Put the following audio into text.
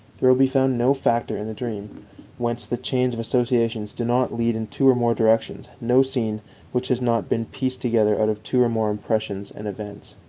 there will be found no factor in the dream whence the chains of associations do not lead in two or more directions, no scene which has not been pieced together out of two or more impressions and events.